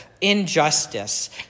injustice